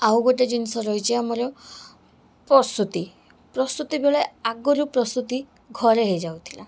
ଆଉ ଗୋଟେ ଜିନିଷ ରହିଛି ଆମର ପ୍ରସୂତି ପ୍ରସୂତି ବେଳେ ଆଗରୁ ପ୍ରସୂତି ଘରେ ହେଇଯାଉଥିଲା